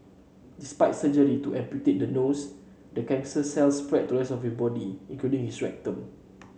despite surgery to amputate the nose the cancer cells spread to the rest of your body including his rectum